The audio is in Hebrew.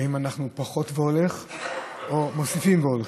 האם אנחנו פוחתים והולכים או מוסיפים והולכים?